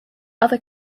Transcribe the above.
other